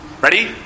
Ready